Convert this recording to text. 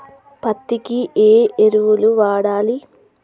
పత్తి కి ఏ ఎరువులు వాడాలి?